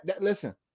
listen